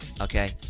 Okay